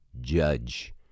judge